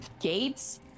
gates